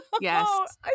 Yes